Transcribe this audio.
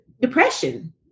depression